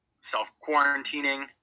self-quarantining